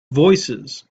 voicesand